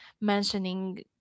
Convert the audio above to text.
mentioning